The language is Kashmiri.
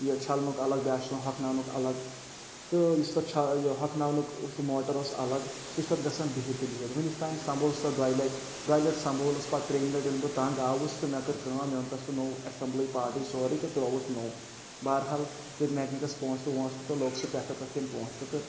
یہِ چھَلنُک الگ بیٛاکھ چھُس یِوان ہۄکھناونُک الگ تہٕ یُس تَتھ چھ یہِ ہۄکھناونُک سُہ موٹَر اوس الگ سُہ چھُ تَتھ گژھان بِہِتھ تہٕ بِہِتھ وُنیُک تانۍ سنبھول سۄ دۄیہِ لَٹہِ دۄیہِ لَٹہِ سنبھولُس پَتہٕ ترٛیٚمہِ لَٹہِ ییٚلہِ بہٕ تنٛگ آوُس تہٕ مےٚ کٔر کٲم مےٚ اوٚن تَتھ سُہ نو اٮ۪سَمبلٕے پاٹٕے سورُے تہٕ ترٛووُس نو بہرحال دِتۍ مٮ۪کنِکَس پونٛسہٕ وونٛسہٕ تہٕ لوٚگ سُہ پٮ۪ٹھٕ تَتھ تِم پونٛسہٕ تہٕ